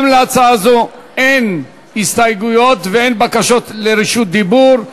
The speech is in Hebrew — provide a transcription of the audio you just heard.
גם להצעה זו אין הסתייגויות ואין בקשות לרשות דיבור.